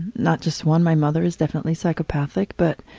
not just one. my mother is definitely psychopathic but